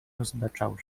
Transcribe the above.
rozbeczał